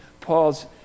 Paul's